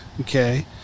okay